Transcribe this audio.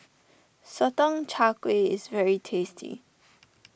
Sotong Char Kway is very tasty